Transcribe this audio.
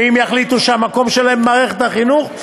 ואם יחליטו שהמקום שלהם במערכת החינוך,